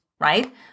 right